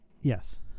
Yes